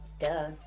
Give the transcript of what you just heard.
Duh